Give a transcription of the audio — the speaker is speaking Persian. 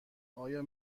آیا